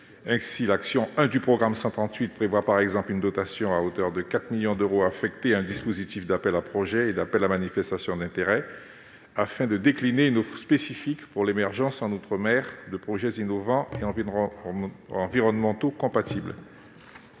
L'action n° 01 du programme 138 prévoit, par exemple, une dotation à hauteur de 4 millions d'euros affectée à un dispositif d'appels à projets et d'appels à manifestation d'intérêt, afin de décliner une offre spécifique pour l'émergence en outre-mer de projets innovants et environnementaux-compatibles.